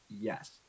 yes